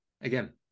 again